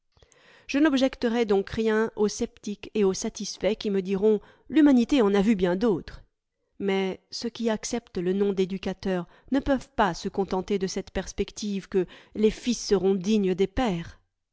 je n'objecterai donc rien aux sceptiques et aux satisfaits qui me diront l'humanité en a vu bien d'autres mais ceux qui acceptent le nom d'éducateurs ne peuvent pas se contenter de cette perspective que les fils seront dignes des pères